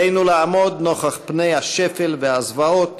עלינו לעמוד נוכח פני השפל והזוועות